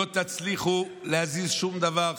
לא תצליחו להזיז שום דבר.